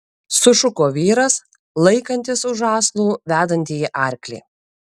sušuko vyras laikantis už žąslų vedantįjį arklį